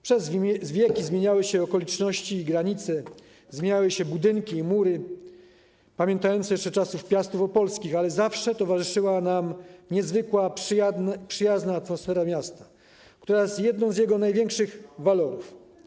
Przez wieki zmieniały się okoliczności i granice, zmieniały się budynki i mury, pamiętające jeszcze czasy Piastów opolskich, ale zawsze towarzyszyła nam niezwykła, przyjazna atmosfera miasta, która jest jednym z jego największych walorów.